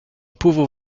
pauvre